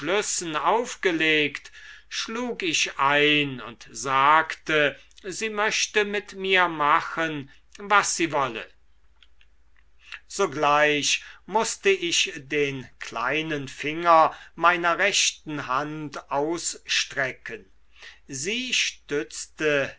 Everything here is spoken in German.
aufgelegt schlug ich ein und sagte sie möchte mit mir machen was sie wolle sogleich mußte ich den kleinen finger meiner rechten hand ausstrecken sie stützte